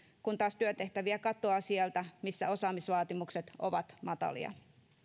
kun taas työtehtäviä katoaa sieltä missä osaamisvaatimukset ovat matalia